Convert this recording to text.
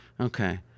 Okay